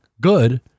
Good